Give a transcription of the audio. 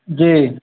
जी